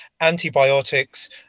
antibiotics